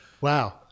Wow